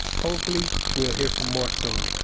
hopefully, we'll hear from more soon.